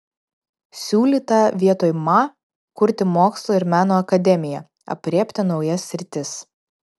siūlyta vietoj ma kurti mokslo ir meno akademiją aprėpti naujas sritis